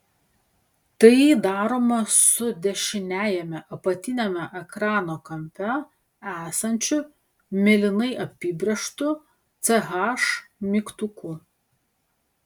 tai daroma su dešiniajame apatiniame ekrano kampe esančiu mėlynai apibrėžtu ch mygtuku